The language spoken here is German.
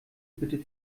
bitte